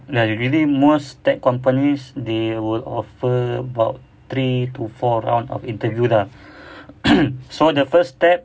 ya you really most tech companies they will offer about three to four round of interview so the first step